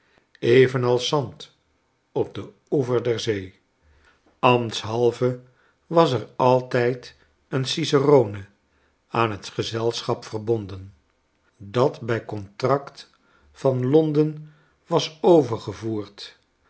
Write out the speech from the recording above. evenals zand op den oever der zee ambtshalve was er altijd een cicerone aan het gezelschap verbonden dat bij contract van l on den was overgevoerd